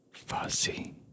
Fuzzy